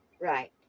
Right